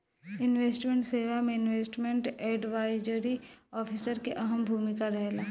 investment सेवा में investment advisory officer के अहम भूमिका रहेला